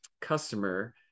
customer